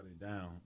down